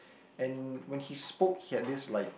and when he spoke he had this like